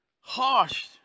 harsh